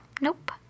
Nope